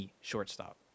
shortstop